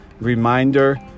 reminder